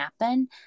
happen